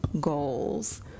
goals